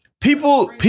People